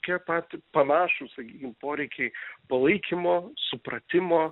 kie pat panašūs sakykim poreikiai palaikymo supratimo